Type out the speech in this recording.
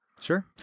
Sure